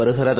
ருகிறது